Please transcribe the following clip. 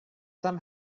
some